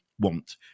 want